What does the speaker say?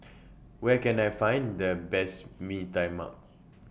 Where Can I Find The Best Bee Tai Mak